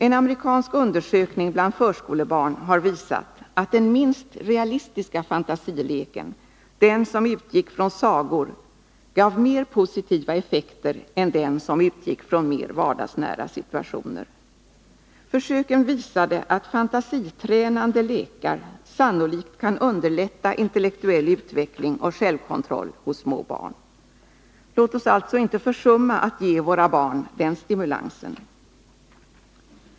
En amerikansk undersökning bland förskolebarn har visat att den minst realistiska fantasileken, den som utgick från sagor, gav mer positiva effekter än den som utgick från mer vardagsnära situationer. Försöken visade att fantasitränande lekar sannolikt kan underlätta intellektuell utveckling och självkontroll hos små barn. Låt oss alltså inte försumma att ge våra barn den stimulansen.